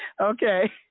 Okay